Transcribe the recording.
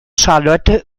charlotte